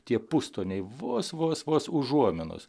tie pustoniai vos vos vos užuominos